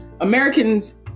Americans